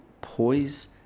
poise